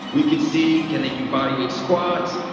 we could see can they do body weight squats,